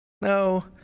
no